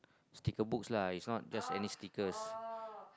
sticker books lah is not just any stickers